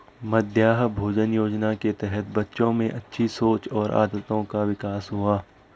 मध्याह्न भोजन योजना के तहत बच्चों में अच्छी सोच और आदतों का विकास हुआ